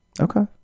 okay